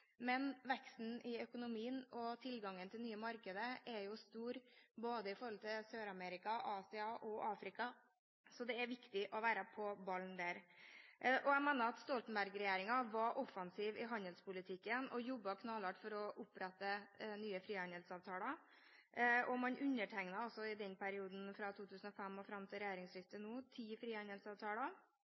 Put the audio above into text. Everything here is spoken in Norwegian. Men veksten i økonomien og tilgangen til nye markeder er stor når det gjelder både Sør-Amerika, Asia og Afrika, så det er viktig å være på ballen der. Jeg mener at Stoltenberg-regjeringen var offensiv i handelspolitikken og jobbet knallhardt for å opprette nye frihandelsavtaler. Fra 2005 og fram til regjeringsskiftet nå undertegnet man ti frihandelsavtaler, og man undertegnet tre avtaler som allerede var framforhandlet før 2005 og